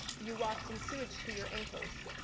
you walk in sewage to your ankles.